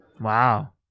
Wow